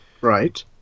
Right